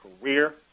career